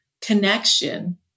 connection